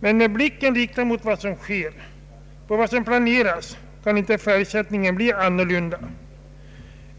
Men har man blicken riktad mot vad som sker och på vad som planeras kan färgsättningen inte bli någon annan.